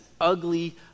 ugly